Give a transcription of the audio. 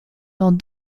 dans